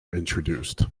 introduced